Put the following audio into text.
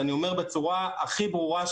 אני אומר בצורה הכי ברורה,